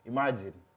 Imagine